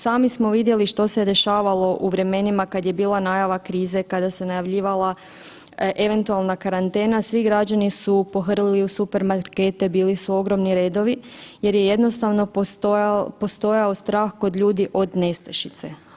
Sami smo vidjeli što se je dešavalo u vremenima kad je bila najava krize, kada se najavljivala eventualna karantena, svi građani su pohrlili u supermarkete, bili su ogromni redovi jer je jednostavno postojao strah kod ljudi od nestašice.